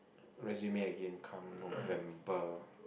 resume again come November